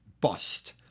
bust